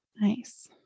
Nice